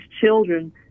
children